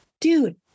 dude